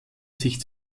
sich